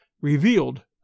revealed